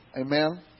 Amen